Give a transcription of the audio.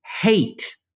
hate